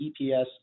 EPS